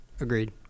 Agreed